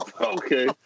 Okay